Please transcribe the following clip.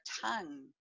tongue